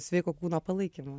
sveiko kūno palaikymą